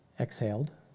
exhaled